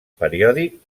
periòdic